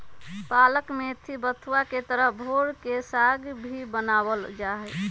पालक मेथी बथुआ के तरह भोर के साग भी बनावल जाहई